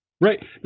Right